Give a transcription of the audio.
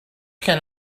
can